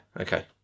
okay